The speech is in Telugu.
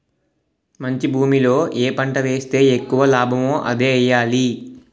మంచి భూమిలో ఏ పంట ఏస్తే ఎక్కువ లాభమో అదే ఎయ్యాలి